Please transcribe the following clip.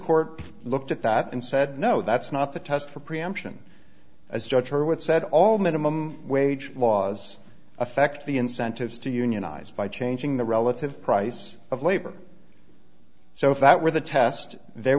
court looked at that and said no that's not the test for preemption as judge her with said all minimum wage laws affect the incentives to unionize by changing the relative price of labor so if that were the test there